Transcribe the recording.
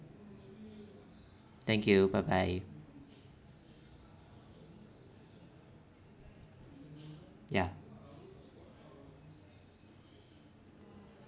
thank you bye bye ya